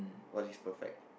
what is perfect